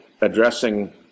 addressing